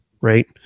right